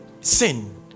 sin